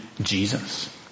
Jesus